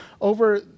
over